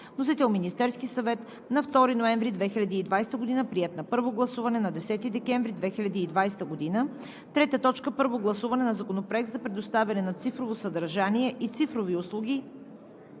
Вносител – Министерският съвет на 2 ноември 2020 г. Приет на първо гласуване на 10 декември 2020 г. 3. Първо гласуване на Законопроекта за предоставяне на цифрово съдържание и цифрови услуги